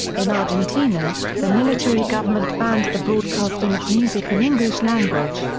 in argentina, the military government banned the broadcasting of music in english language,